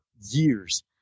years